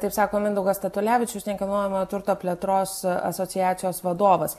taip sako mindaugas statulevičius nekilnojamojo turto plėtros asociacijos vadovas